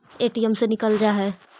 ATM से निकल जा है?